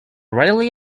readily